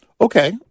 Okay